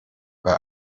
bei